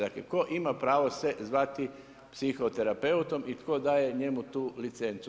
Dakle tko ima pravo se zvati psihoterapeutom i tko daje njemu tu licencu.